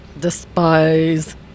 Despise